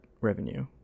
revenue